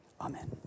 Amen